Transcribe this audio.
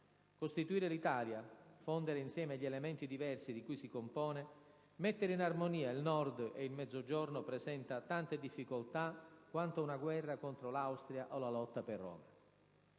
Costituire l'Italia, fondere insieme gli elementi diversi di cui si compone, mettere in armonia il nord e il mezzogiorno presenta tante difficoltà quanto una guerra contro l'Austria o la lotta per Roma».